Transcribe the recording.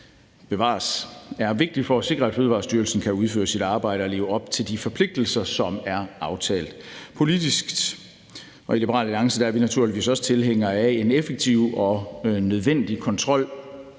bevares – er vigtigt for at sikre, at Fødevarestyrelsen kan udføre sit arbejde og leve op til de forpligtelser, som er aftalt politisk. I Liberal Alliance naturligvis også tilhængere af en effektiv og nødvendig kontrol,